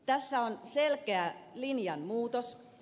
tässä on selkeä linjan muutos